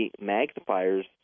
magnifiers